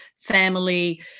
family